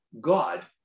god